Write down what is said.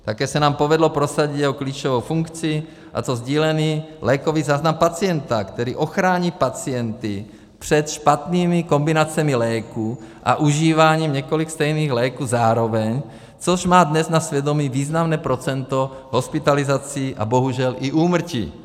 Také se nám povedlo prosadit jeho klíčovou funkci, a to sdílený lékový záznam pacienta, který ochrání pacienty před špatnými kombinacemi léků a užíváním několika stejných léků zároveň, což má dnes na svědomí významné procento hospitalizací a bohužel i úmrtí.